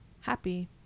happy